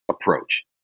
approach